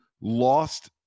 lost